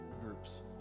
groups